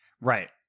Right